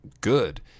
good